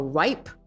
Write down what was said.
ripe